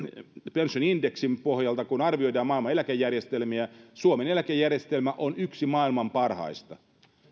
pension indexin pohjalta kun arvioidaan maailman eläkejärjestelmiä suomen eläkejärjestelmä on yksi maailman parhaista